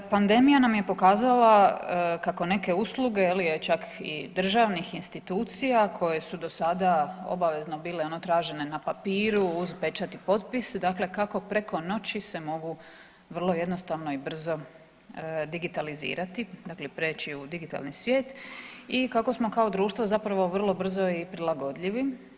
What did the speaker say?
Pandemija nam je pokazala kako neke usluge je li čak i državnih institucija koje su do sada obvezno bilo ono tražene na papiru uz pečat i potpis, dakle kako preko noći se mogu vrlo jednostavno i brzo digitalizirati dakle prijeći u digitalni svijet i kako smo kao društvo zapravo vrlo brzo i prilagodljivi.